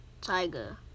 Tiger